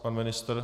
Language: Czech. Pan ministr?